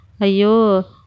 Ayo